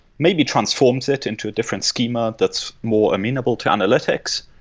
maybe transforms it into a different scheme ah that's more amenable to analytics,